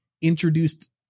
introduced